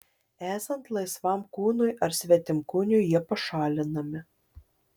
esant laisvam kūnui ar svetimkūniui jie pašalinami